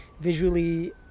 visually